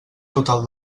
total